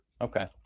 Okay